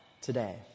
today